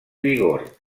vigor